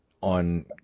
on